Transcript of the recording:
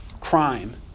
crime